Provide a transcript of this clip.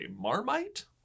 Marmite